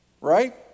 right